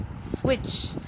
switch